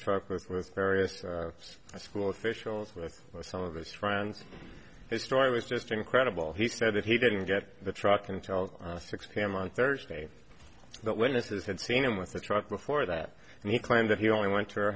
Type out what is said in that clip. with with various school officials with some of his friends his story was just incredible he said that he didn't get the truck can tell six pm on thursday that witnesses had seen him with the truck before that and he claimed that he only went to her